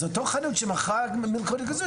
אז אותה חנות שמכרה מלכודת כזו,